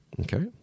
Okay